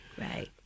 Right